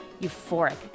euphoric